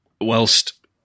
whilst